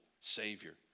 Savior